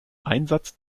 einsatz